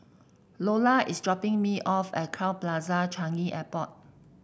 Lolla is dropping me off at Crowne Plaza Changi Airport